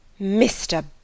Mr